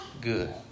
good